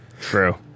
true